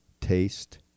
taste